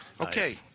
Okay